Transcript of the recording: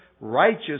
righteous